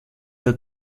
der